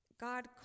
God